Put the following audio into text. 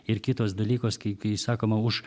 ir kitos dalykos kai kai sakoma už